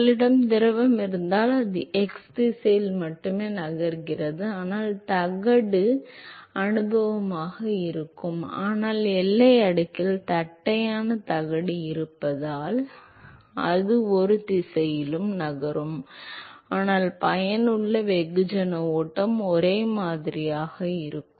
உங்களிடம் திரவம் இருந்தால் அது x திசையில் மட்டுமே நகர்கிறது ஆனால் தகடு அனுபவமாக இருக்கும் ஆனால் எல்லை அடுக்கில் தட்டையான தட்டு இருப்பதால் அது இரு திசைகளிலும் நகரும் ஆனால் பயனுள்ள வெகுஜன ஓட்டம் ஒரே மாதிரியாக இருக்கும்